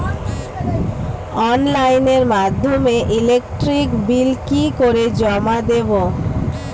অনলাইনের মাধ্যমে electric bill কি করে জমা দেবো?